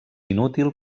inútil